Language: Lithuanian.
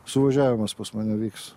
suvažiavimas pas mane vyks